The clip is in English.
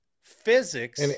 physics